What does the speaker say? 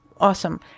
Awesome